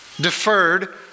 deferred